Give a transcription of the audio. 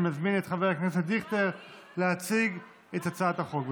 אני מזמין את חבר הכנסת דיכטר להציג את הצעת החוק.